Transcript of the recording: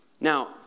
Now